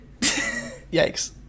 Yikes